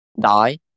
die